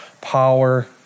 power